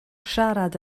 siarad